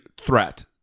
threat